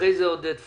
אחרי זה עודד פורר,